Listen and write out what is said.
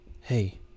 hey